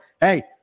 hey